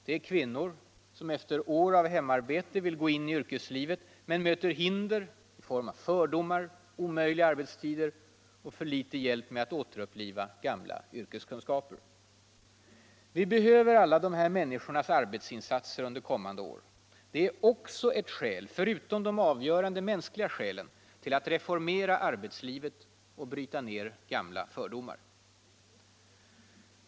Det är kvinnor, som efter år av hemarbete vill gå in i yrkeslivet men möter hinder i form av fördomar, omöjliga arbetstider och för litet hjälp med att återuppliva gamla yrkeskunskaper. Vi behöver alla de här människornas arbetsinsatser under kommande år. Det är också ett skäl — förutom de avgörande mänskliga skälen — till att reformera arbetslivet och bryta ner gamla fördomar.